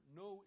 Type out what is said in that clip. no